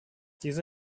diese